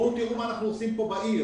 בואו תראו מה אנחנו עושים בעיר.